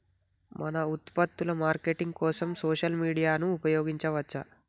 మన ఉత్పత్తుల మార్కెటింగ్ కోసం సోషల్ మీడియాను ఉపయోగించవచ్చా?